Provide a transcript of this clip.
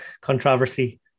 controversy